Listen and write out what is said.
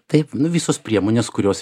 taip nu visos priemonės kurios